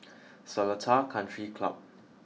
Seletar Country Club